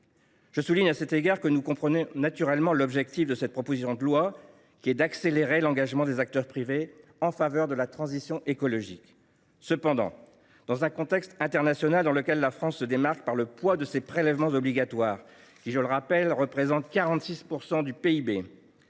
Je précise à cet égard que nous comprenons naturellement l’objectif des auteurs de cette proposition de loi, à savoir l’accélération de l’engagement des acteurs privés en faveur de la transition écologique. Toutefois, dans un contexte international dans lequel la France se démarque par le poids de ses prélèvements obligatoires, qui représentent 46 % du PIB,